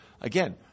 again –